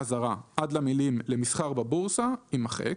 זרה" עד המילים "למסחר בבורסה" - יימחק,